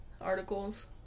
articles